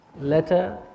letter